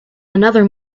another